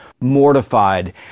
mortified